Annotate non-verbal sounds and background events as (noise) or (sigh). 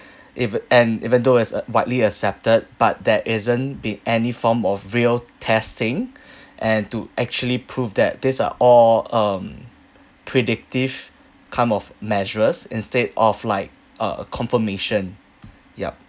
(breath) if and even though as uh widely accepted but that isn't be any form of real testing (breath) and to actually prove that these are all um predictive kind of measures instead of like a confirmation yup